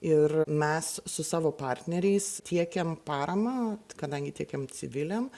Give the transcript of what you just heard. ir mes su savo partneriais tiekiam paramą kadangi tiekiam civiliam